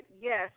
Yes